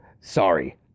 Sorry